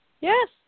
yes